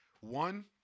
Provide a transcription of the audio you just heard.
one